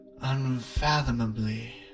unfathomably